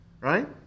Right